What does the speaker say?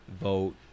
vote